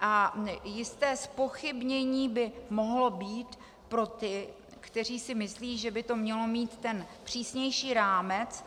A jisté zpochybnění by mohlo být pro ty, kteří si myslí, že by to mělo mít ten přísnější rámec,